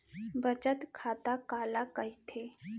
बचत खाता काला कहिथे?